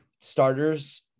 starters